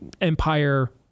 empire